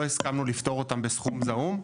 לא הסכמנו לפטור אותם בסכום זעום,